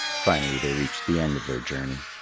finally, they reached the end of their journey.